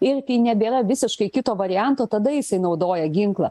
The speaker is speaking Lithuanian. ir kai nebėra visiškai kito varianto tada jisai naudoja ginklą